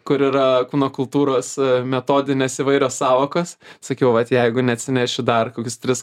kur yra kūno kultūros metodinės įvairios sąvokos sakiau vat jeigu neatsinešit dar kokius tris